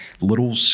little